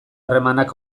harremanak